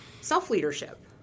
self-leadership